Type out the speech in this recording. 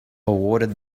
awarded